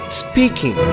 speaking